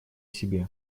себе